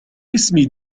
اسمي